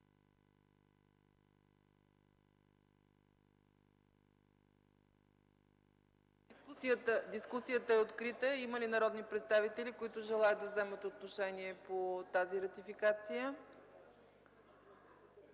Дискусията е открита. Има ли народни представители, които желаят да вземат отношение по тази ратификация?